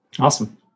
awesome